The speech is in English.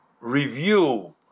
review